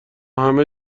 همه